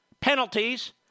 penalties